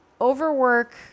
overwork